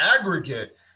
aggregate